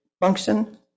function